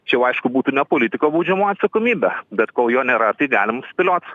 čia jau aišku būtų ne politiko baudžiamoji atsakomybė bet kol jo nėra tai galim spėliot